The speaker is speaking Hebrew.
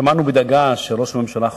שמענו בדאגה שראש הממשלה חולה.